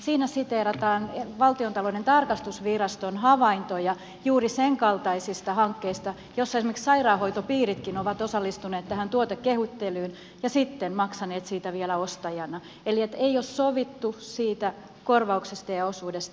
siinä siteerataan valtiontalouden tarkastusviraston havaintoja juuri sen kaltaisista hankkeista joissa esimerkiksi sairaanhoitopiiritkin ovat osallistuneet tähän tuotekehittelyyn ja sitten maksaneet siitä vielä ostajana eli joissa ei ole sovittu siitä korvauksesta ja osuudesta